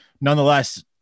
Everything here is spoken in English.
nonetheless